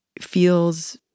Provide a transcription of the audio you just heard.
feels